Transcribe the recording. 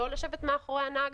לא לשבת מאחורי הנהג.